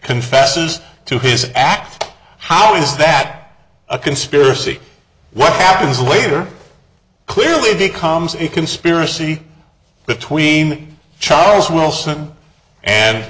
confesses to his act how is that a conspiracy what happens later clearly it becomes a conspiracy between charles wilson and